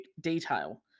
detail